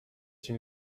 une